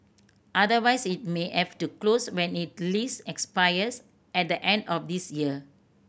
otherwise it may have to close when its lease expires at the end of this year